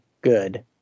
good